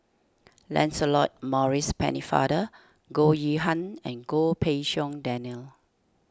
Lancelot Maurice Pennefather Goh Yihan and Goh Pei Siong Daniel